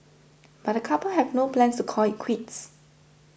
but the couple have no plans to call it quits